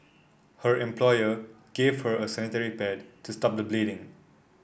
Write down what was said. her employer gave her a sanitary pad to stop the bleeding